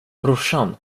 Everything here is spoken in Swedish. brorsan